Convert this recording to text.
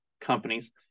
companies